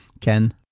Ken